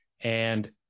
and-